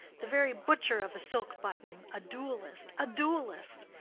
the very butcher of a silk button, a duellist, a duellist!